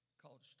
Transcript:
called